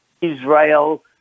israel